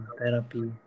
therapy